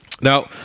Now